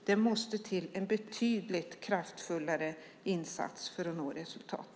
Det måste till en betydligt kraftfullare insats för att man ska nå resultat.